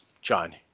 John